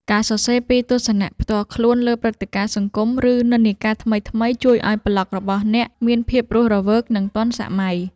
ការសរសេរពីទស្សនៈផ្ទាល់ខ្លួនលើព្រឹត្តិការណ៍សង្គម ឬនិន្នាការថ្មីៗ ជួយឱ្យប្លក់របស់អ្នកមានភាពរស់រវើក និងទាន់សម័យ។